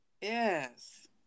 Yes